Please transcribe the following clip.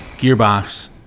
Gearbox